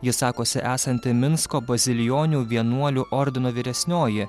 ji sakosi esanti minsko bazilijonių vienuolių ordino vyresnioji